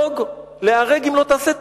ליהרג אם לא תעשה,